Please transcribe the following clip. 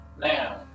now